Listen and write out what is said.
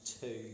two